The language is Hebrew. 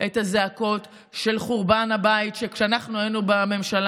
את הזעקות של חורבן הבית כשאנחנו היינו בממשלה,